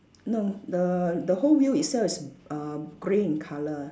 no the the whole wheel itself is err grey in colour